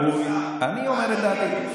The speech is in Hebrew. ראוי, אני אומר את דעתי.